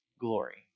glory